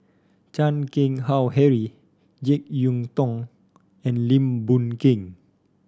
Chan Keng Howe Harry JeK Yeun Thong and Lim Boon Keng